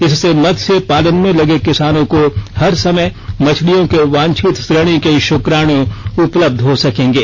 इससे मत्स्य पालन में लगे किसानों को हर समय मछलियों के वांछित श्रेणी के शुक्राण् उपलब्ध हो सकेगें